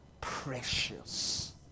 Precious